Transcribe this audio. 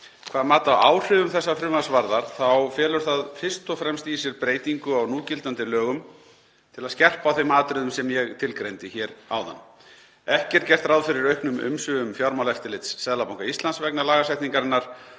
Hvað mat á áhrifum þessa frumvarps varðar þá felur það fyrst og fremst í sér breytingu á núgildandi lögum til að skerpa á þeim atriðum sem ég tilgreindi hér áðan. Ekki er gert ráð fyrir auknum umsvifum Fjármálaeftirlits Seðlabanka Íslands vegna lagasetningarinnar